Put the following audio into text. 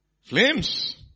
flames